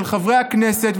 של חברי הכנסת,